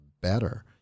better